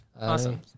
awesome